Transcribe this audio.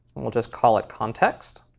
we'll just call it context.